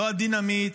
לא הדינמיט,